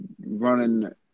running